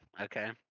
okay